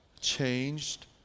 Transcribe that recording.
Changed